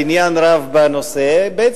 על עניין רב בנושא, ב.